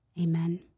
Amen